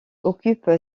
occupe